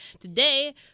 Today